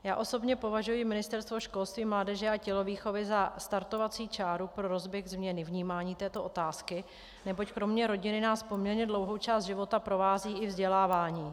Já osobně považuji Ministerstvo školství, mládeže a tělovýchovy za startovací čáru pro rozběh změny vnímání této otázky, neboť kromě rodiny nás poměrně dlouhou část života provází i vzdělávání.